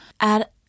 Add